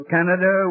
Canada